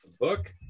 book